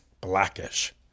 Blackish